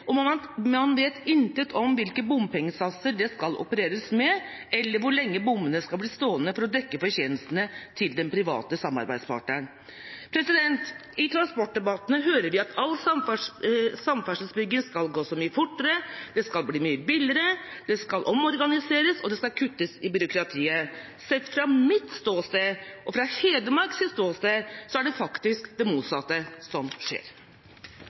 og man vet intet om hvilke bompengesatser det opereres med, eller hvor lenge bommene skal bli stående for å dekke fortjenestene til den private samarbeidspartneren. I transportdebattene hører vi at all samferdselsbygging skal gå så mye fortere, det skal bli mye billigere, det skal omorganiseres, og det skal kuttes i byråkratiet. Sett fra mitt ståsted og fra Hedmarks ståsted er det faktisk det motsatte som skjer.